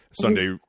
Sunday